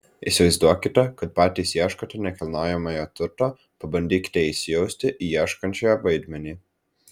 įsivaizduokite kad patys ieškote nekilnojamojo turto pabandykite įsijausti į ieškančiojo vaidmenį